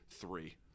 three